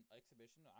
exhibition